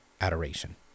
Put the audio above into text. adoration